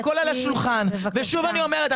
הכל על השולחן ושוב אני אומרת,